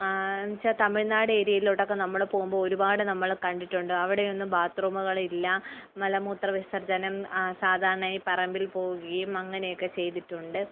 എന്നു വെച്ചാൽ തമിഴ്നാട് ഏരിയയിലോട്ടൊക്കെ നമ്മൾ പോകുമ്പോൾ ഒരുപാട് നമ്മൾ കണ്ടിട്ടുണ്ട് അവിടെയൊന്നും ബാത്റൂമുകളില്ല മലമൂത്ര വിസർജ്ജനം സാധാരണയായി പറമ്പിൽ പോകുകയും അങ്ങനെയൊക്കെ ചെയ്തിട്ടുണ്ട്